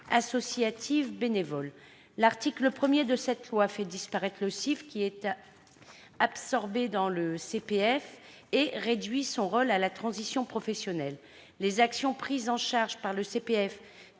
associatives bénévoles ... L'article 1 de ce projet de loi fait disparaître le CIF, qui est absorbé dans le CPF, et réduit son rôle à la transition professionnelle. Les actions prises en charge par le CPF